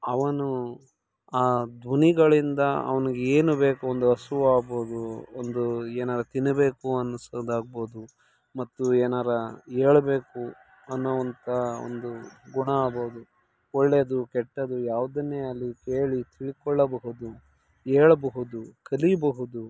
ಅವನು ಆ ಧ್ವನಿಗಳಿಂದ ಅವ್ನಿಗೆ ಏನು ಬೇಕು ಒಂದು ಹಸಿವು ಆಗ್ಬೋದು ಒಂದು ಏನಾದ್ರು ತಿನ್ನಬೇಕು ಅನ್ನಿಸೋದಾಗ್ಬೋದು ಮತ್ತು ಏನಾದ್ರು ಹೇಳಬೇಕು ಅನ್ನೋವಂಥ ಒಂದು ಗುಣ ಆಗ್ಬೋದು ಒಳ್ಳೆಯದು ಕೆಟ್ಟದ್ದು ಯಾವುದನ್ನೇ ಆಗಲೀ ಕೇಳಿ ತಿಳ್ಕೊಳ್ಳಬಹುದು ಹೇಳ್ಬಹುದು ಕಲಿಬಹುದು